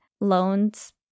loans